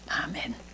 Amen